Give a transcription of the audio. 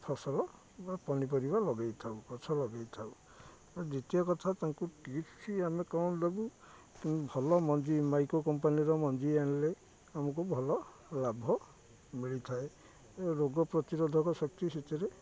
ଫସଲ ବା ପନିପରିବା ଲଗେଇଥାଉ ଗଛ ଲଗେଇଥାଉ ଦ୍ୱିତୀୟ କଥା ତାଙ୍କୁ କି୍ରପ୍ସ ଆମେ କ'ଣ ଦେବୁୁ ଭଲ ମଞ୍ଜି ମାଇକୋ କମ୍ପାନୀର ମଞ୍ଜି ଆଣିଲେ ଆମକୁ ଭଲ ଲାଭ ମିଳିଥାଏ ରୋଗ ପ୍ରତିରୋଧକ ଶକ୍ତି ସେଥିରେ